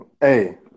Hey